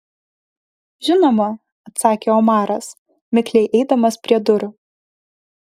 žinoma atsakė omaras mikliai eidamas prie durų